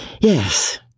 Yes